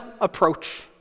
approach